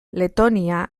letonia